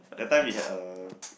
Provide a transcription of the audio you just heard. that time we had a